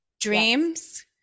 dreams